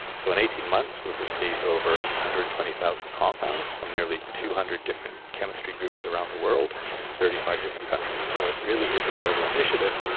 so in eighteen months we have received over one ah hundred and twenty thousand compounds from nearly two hundred different chemistry groups around the world in thirty five different countries. so it really is a global initiative,